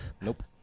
Nope